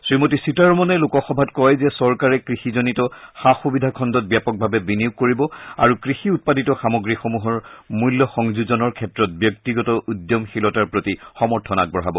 শ্ৰীমতী সীতাৰমণে লোকসভাত কয় যে চৰকাৰে কৃষিজনিত সা সুবিধা খণ্ডত ব্যাপকভাৱে বিনিয়োগ কৰিব আৰু কৃষি উৎপাদিত সামগ্ৰীসমূহৰ মূল্য সংযোজনৰ ক্ষেত্ৰত ব্যক্তিগত উদ্যমশীলতাৰ প্ৰতি সমৰ্থন আগবঢ়াব